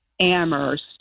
Amherst